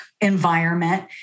environment